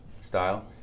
style